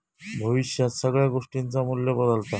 भविष्यात सगळ्या गोष्टींचा मू्ल्य बदालता